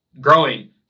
growing